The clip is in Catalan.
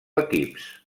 equips